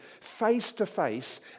face-to-face